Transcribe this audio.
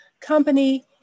company